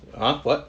!huh! what